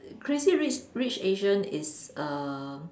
Crazy-Rich-Rich-Asians is err